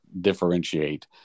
differentiate